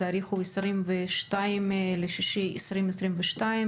התאריך הוא ה-22 ביוני 2022,